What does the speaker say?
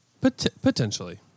Potentially